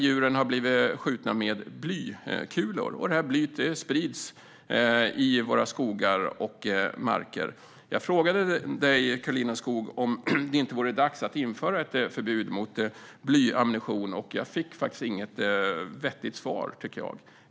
Djuren har blivit skjutna med blykulor, och blyet sprids i våra skogar och marker. Jag frågade dig, Karolina Skog, om det inte vore dags att införa ett förbud mot blyammunition, men jag fick inget vettigt svar, tycker jag.